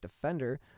defender